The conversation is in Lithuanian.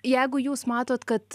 jeigu jūs matot kad